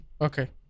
Okay